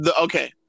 Okay